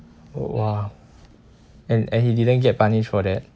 !wah! and and he didn't get punished for that